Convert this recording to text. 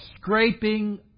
scraping